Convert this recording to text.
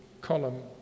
column